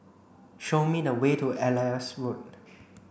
show me the way to Elias Road